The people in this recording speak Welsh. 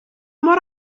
mor